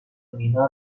مینا